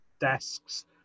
desks